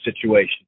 situation